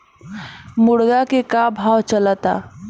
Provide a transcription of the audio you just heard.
मुर्गा के का भाव चलता?